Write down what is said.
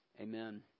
Amen